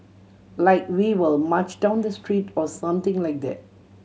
like we will march down the street or something like that